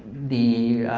the